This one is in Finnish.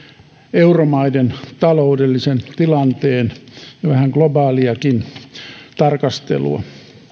euromaiden taloudellisen tilanteen ja vähän globaaliakin tarkastelua